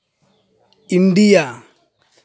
India